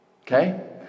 Okay